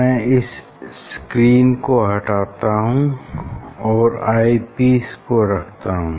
मैं इस स्क्रीन को हटाता हूँ और आई पीस रखता हूँ